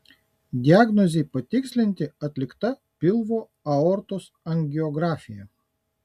diagnozei patikslinti atlikta pilvo aortos angiografija